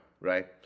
right